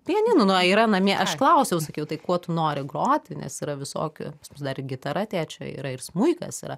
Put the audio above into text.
pianinu nu yra namie aš klausiau sakiau tai kuo tu nori groti nes yra visokių vis dar gitara tėčio yra ir smuikas yra